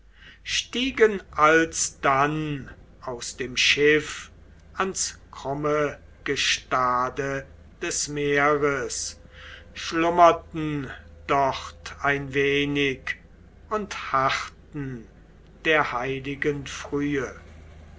stiegen alsdann aus dem schiff ans krumme gestade des meeres schlummerten dort ein wenig und harrten der heiligen frühe